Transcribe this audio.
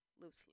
Loosely